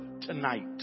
tonight